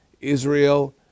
Israel